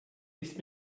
ist